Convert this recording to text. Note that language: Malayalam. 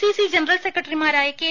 സിസി ജനറൽ സെക്രട്ടറിമാരായ കെ